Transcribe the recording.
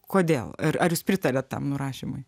kodėl ir ar jūs pritariat tam nurašymui